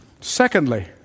Secondly